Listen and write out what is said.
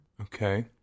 Okay